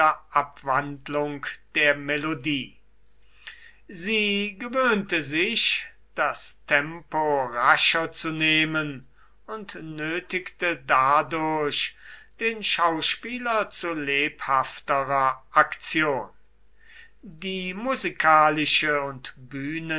abwandlung der melodie sie gewöhnte sich das tempo rascher zu nehmen und nötigte dadurch den schauspieler zu lebhafterer aktion die musikalische und